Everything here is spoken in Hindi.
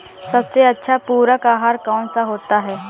सबसे अच्छा पूरक आहार कौन सा होता है?